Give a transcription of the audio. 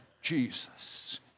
Jesus